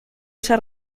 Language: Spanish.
esa